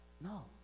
No